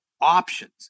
options